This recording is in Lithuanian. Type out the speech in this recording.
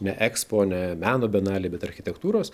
ne ekspo ne meno bienalėj bet architektūros